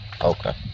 okay